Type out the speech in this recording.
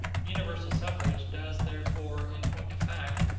universal suffrage does therefore, in point of fact,